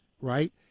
right